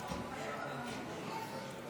שמספרה